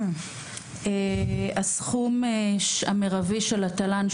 הסכום המרבי של התל"ן,